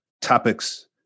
topics